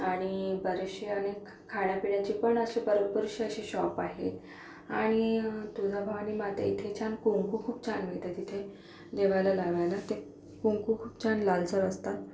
आणि बरेचसे आणि खाण्या पिण्याचे पण असे भरपूरसे असे शॉप आहेत आणि तुळजाभवानी माता इथं छान कुंकू खूप छान मिळतं तिथे देवाला लावायला ते कुंकू खूप छान लालसर असतात